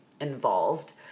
involved